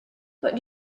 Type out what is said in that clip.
but